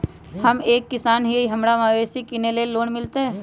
हम एक किसान हिए हमरा मवेसी किनैले लोन मिलतै?